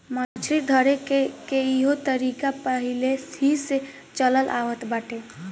मछली धरेके के इहो तरीका पहिलेही से चलल आवत बाटे